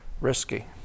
risky